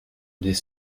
des